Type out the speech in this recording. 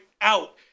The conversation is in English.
out